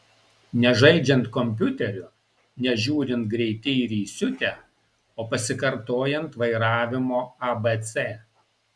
ne žaidžiant kompiuteriu ne žiūrint greiti ir įsiutę o pasikartojant vairavimo abc